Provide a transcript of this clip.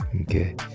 Okay